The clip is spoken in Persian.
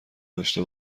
داشته